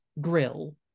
grill